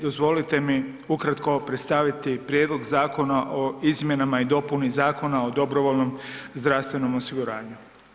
Dozvolite mi ukratko predstaviti Prijedlog zakona o izmjenama i dopuni Zakona o dobrovoljnom zdravstvenom osiguranju.